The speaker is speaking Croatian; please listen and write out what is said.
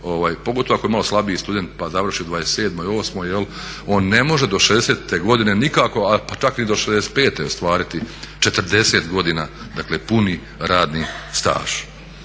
pogotovo ako je malo slabiji student pa završi u 27, 28 on ne može do 60 godine nikako a pa čak ni do 65 ostvariti 40 godina dakle puni radni staž.